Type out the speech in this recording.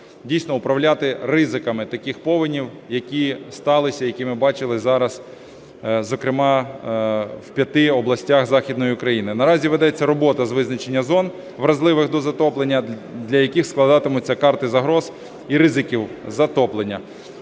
дійсно управляти ризиками таких повеней, які сталися, які ми бачили зараз, зокрема, в 5 областях Західної України. Наразі ведеться робота з визначення зон, вразливих до затоплення, для яких складатимуться карти загроз і ризиків затоплення.